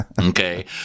Okay